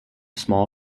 small